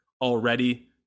already